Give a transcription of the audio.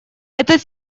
этот